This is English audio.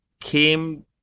came